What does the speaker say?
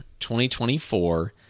2024